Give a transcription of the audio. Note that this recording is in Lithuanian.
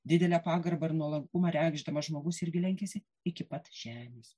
didelę pagarbą ir nuolankumą reikšdamas žmogus irgi lenkiasi iki pat žemės